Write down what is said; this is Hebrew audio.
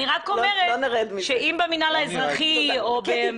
אני רק אומרת שאם במינהל האזרחי --- קטי,